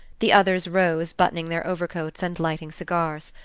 the others rose, buttoning their overcoats, and lighting cigars.